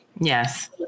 yes